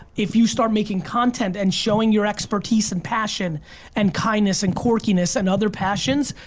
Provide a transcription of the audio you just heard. if you start making content and showing your expertise and passion and kindness and quirkiness and other passions,